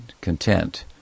content